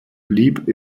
blieb